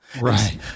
Right